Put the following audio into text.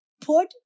put